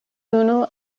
unu